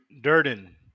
Durden